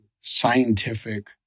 scientific